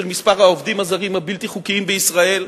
מספר העובדים הזרים הבלתי-חוקיים בישראל,